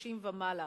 30 ומעלה"